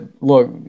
look